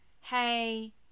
hey